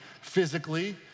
physically